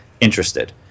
interested